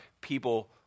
people